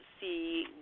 see